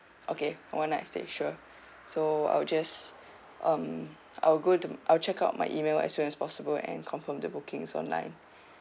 okay one night stay sure so I will just um I'll go to I'll check out my email as soon as possible and confirm the bookings online